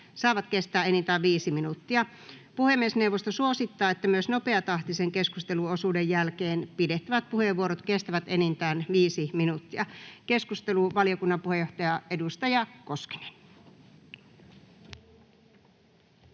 saavat kestää enintään 5 minuuttia. Puhemiesneuvosto suosittaa, että myös nopeatahtisen keskusteluosuuden jälkeen pidettävät puheenvuorot kestävät enintään 5 minuuttia. — Keskustelu, valiokunnan puheenjohtaja, edustaja Koskinen.